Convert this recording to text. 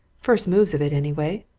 first moves of it, anyway.